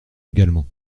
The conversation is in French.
également